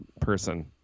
person